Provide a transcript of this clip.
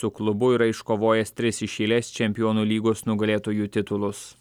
su klubu yra iškovojęs tris iš eilės čempionų lygos nugalėtojų titulus